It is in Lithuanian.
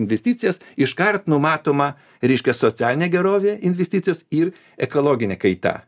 investicijas iškart numatoma reiškia socialinė gerovė investicijos ir ekologinė kaita